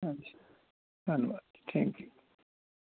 ਹਾਂਜੀ ਧੰਨਵਾਦ ਜੀ ਥੈਂਕ ਯੂ